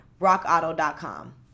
rockauto.com